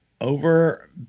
Over